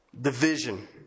division